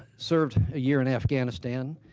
served a year in afghanistan,